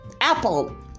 Apple